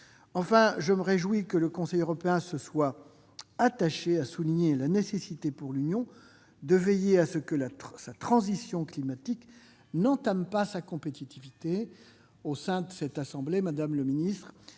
Enfin, je me réjouis que le Conseil européen se soit attaché à souligner la nécessité, pour l'Union, de veiller à ce que sa transition climatique n'entame pas sa compétitivité- au sein de cette assemblée, madame la secrétaire